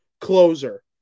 closer